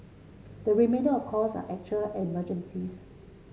the remainder of calls are actual emergencies